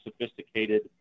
sophisticated